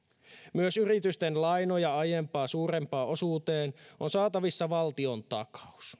myös yritysten lainoista aiempaa suurempaan osuuteen on saatavissa valtiontakaus